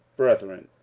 brethren,